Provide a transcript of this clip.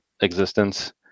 existence